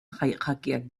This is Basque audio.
jakiak